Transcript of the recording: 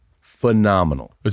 phenomenal